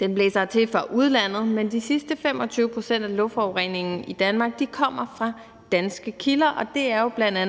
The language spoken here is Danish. Den blæser hertil fra udlandet, men de sidste 25 pct. af luftforureningen i Danmark kommer fra danske kilder, og det er bl.a.